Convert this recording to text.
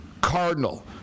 Cardinal